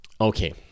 Okay